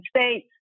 States